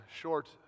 short